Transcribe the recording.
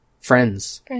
Friends